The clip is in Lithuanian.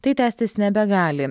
tai tęstis nebegali